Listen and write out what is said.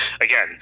Again